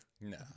No